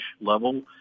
level